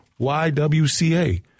YWCA